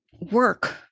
work